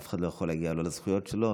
אף אחד לא יכול להגיע לא לזכויות שלו,